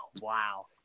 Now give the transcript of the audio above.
wow